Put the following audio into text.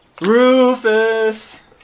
Rufus